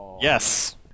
Yes